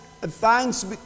thanks